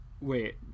Wait